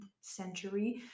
century